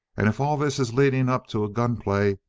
and if all this is leading up to a gunplay,